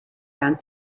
around